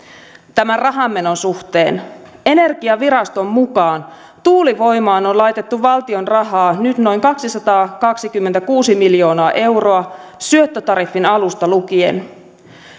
tämän rahanmenon suhteen energiaviraston mukaan tuulivoimaan on on laitettu valtion rahaa nyt noin kaksisataakaksikymmentäkuusi miljoonaa euroa syöttötariffin alusta lukien